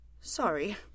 sorry